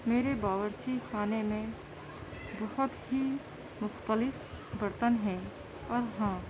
میرے باورچی خانے میں بہت ہی مختلف برتن ہیں اور ہاں